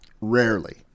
Rarely